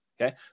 Okay